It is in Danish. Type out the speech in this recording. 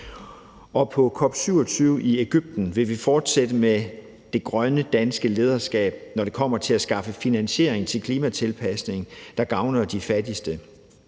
På COP27 i Egypten vil vi fortsætte med det grønne danske lederskab, når det kommer til at skaffe finansiering til klimatilpasning, der gavner de fattigste.